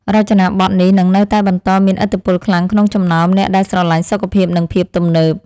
រចនាប័ទ្មនេះនឹងនៅតែបន្តមានឥទ្ធិពលខ្លាំងក្នុងចំណោមអ្នកដែលស្រឡាញ់សុខភាពនិងភាពទំនើប។